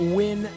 win